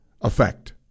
effect